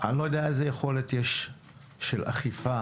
אני לא יודע איזו יכולת יש, של אכיפה,